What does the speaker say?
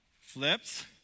Flips